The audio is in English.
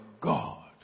God